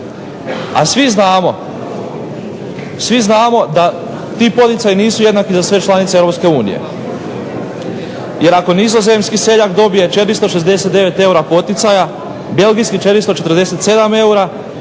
A svi znamo da ti poticaji nisu jednaki za sve zemlje Europske unije. Ako Nizozemski seljak dobije 469 eura poticaja, Belgijski 447 eura,